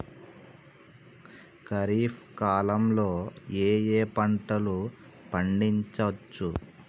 ఖరీఫ్ కాలంలో ఏ ఏ పంటలు పండించచ్చు?